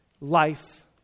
life